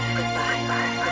Goodbye